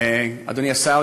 אדוני השר,